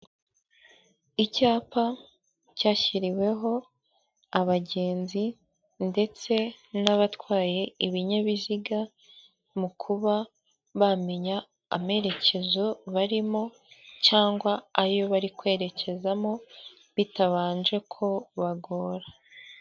Icyapa cyashyiriweho abagenzi ndetse n'abatwaye ibinyabiziga, mu kuba bamenya amerekezo barimo cyangwa ayo bari kwerekezamo bitabanje kubagora.